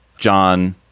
john.